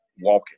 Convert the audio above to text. walking